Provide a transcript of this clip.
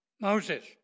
Moses